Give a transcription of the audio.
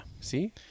See